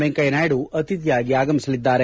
ವೆಂಕಯ್ಯ ನಾಯ್ಡು ಅತಿಥಿಯಾಗಿ ಆಗಮಿಸಲಿದ್ದಾರೆ